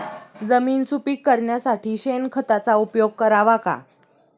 जमीन सुपीक करण्यासाठी शेणखताचा उपयोग करावा का?